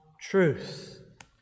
truth